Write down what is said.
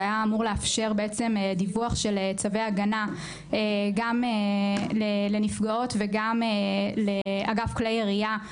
שהיה אמור לאפשר דיווח של צווי הגנה גם לנפגעות וגם לאגף כלי ירייה.